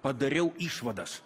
padariau išvadas